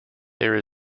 there